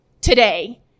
today